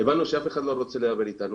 אנחנו הבנו שאף אחד לא רוצה לדבר אתנו